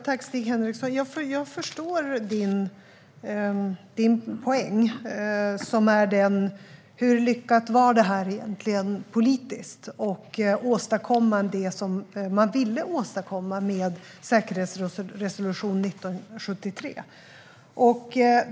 Herr talman! Jag förstår din poäng, Stig Henriksson, som är: Hur lyckat var det här egentligen politiskt? Och åstadkom man det som man ville åstadkomma med säkerhetsresolution 1973?